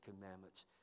Commandments